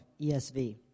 ESV